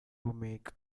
make